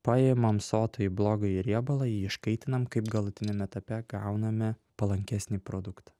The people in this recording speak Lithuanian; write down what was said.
paimam sotųjį blogąjį riebalą jį iškaitinam kaip galutiniam etape gauname palankesnį produktą